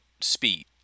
speed